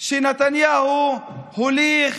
שנתניהו הוליך